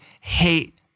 hate